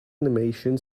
animation